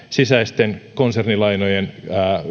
sisäisten konsernilainojen